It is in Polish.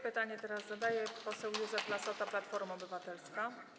Pytanie teraz zadaje poseł Józef Lassota, Platforma Obywatelska.